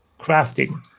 crafting